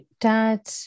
dad